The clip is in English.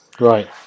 Right